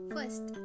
First